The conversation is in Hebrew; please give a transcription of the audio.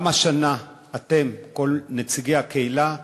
גם השנה אתם, כל נציגי הקהילה,